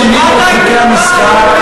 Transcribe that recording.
שינינו את חוקי המשחק,